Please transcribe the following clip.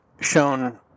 shown